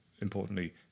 importantly